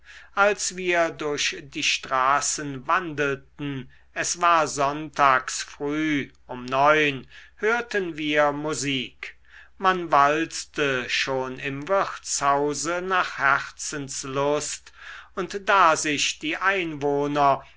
als wir durch die straßen wandelten es war sonntags früh um neun hörten wir musik man walzte schon im wirtshause nach herzenslust und da sich die einwohner